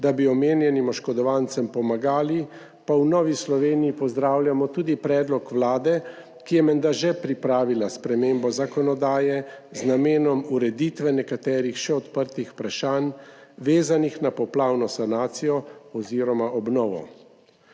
da bi omenjenim oškodovancem pomagali, pa v Novi Sloveniji 29. TRAK (VI) 15.10 (nadaljevanje) pozdravljamo tudi predlog Vlade, ki je menda že pripravila spremembo zakonodaje z namenom ureditve nekaterih še odprtih vprašanj, vezanih na poplavno sanacijo oziroma obnovo.